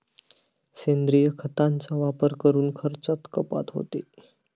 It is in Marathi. सेंद्रिय खतांचा वापर करून खर्चात कपात होते